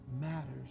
matters